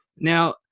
Now